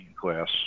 class